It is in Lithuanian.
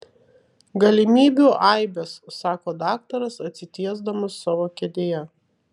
galimybių aibės sako daktaras atsitiesdamas savo kėdėje